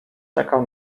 czekał